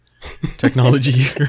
technology